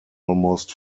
almost